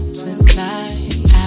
tonight